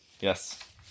Yes